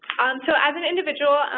so as an individual,